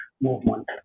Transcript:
movement